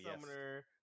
Summoner